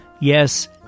yes